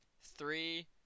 three